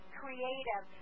creative